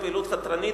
"פעילות חתרנית",